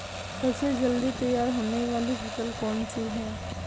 सबसे जल्दी तैयार होने वाली फसल कौन सी है?